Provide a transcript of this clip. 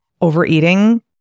overeating